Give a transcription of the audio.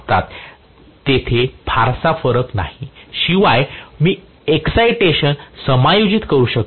तेथे फारसा फरक नाही शिवाय मी एक्साईटेशन समायोजित करू शकत नाही